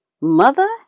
Mother